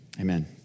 amen